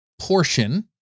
portion